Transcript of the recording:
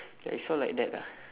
ya it's all like that lah